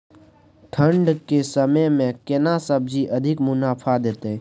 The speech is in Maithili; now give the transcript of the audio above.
ठंढ के समय मे केना सब्जी अधिक मुनाफा दैत?